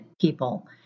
people